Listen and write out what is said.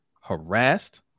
harassed